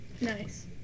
Nice